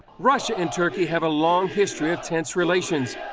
russia and turkey have a long history of tense relations,